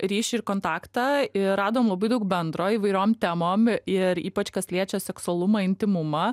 ryšį ir kontaktą ir radom labai daug bendro įvairiom temom ir ypač kas liečia seksualumą intymumą